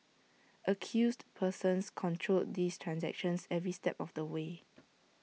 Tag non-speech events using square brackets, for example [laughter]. accused persons controlled these transactions every step of the way [noise]